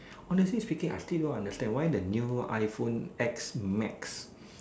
honestly speaking I still don't understand why the new iPhone X max